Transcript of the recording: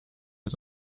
his